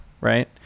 Right